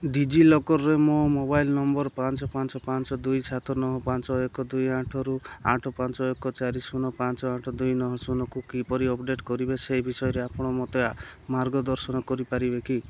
D ଜି ଲକର୍ରେ ମୋ ମୋବାଇଲ ନମ୍ବର ପାଞ୍ଚ ପାଞ୍ଚ ପାଞ୍ଚ ଦୁଇ ସାତ ନଅ ପାଞ୍ଚ ଏକ ଦୁଇ ଆଠରୁ ଆଠ ପାଞ୍ଚ ଏକ ଚାରି ଶୂନ ପାଞ୍ଚ ଆଠ ଦୁଇ ନଅ ଶୂନକୁ କିପରି ଅପଡ଼େଟ୍ କରିବି ସେଇ ବିଷୟରେ ଆପଣ ମୋତେ ମାର୍ଗଦର୍ଶନ କରିପାରିବେ କି